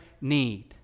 need